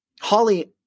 Holly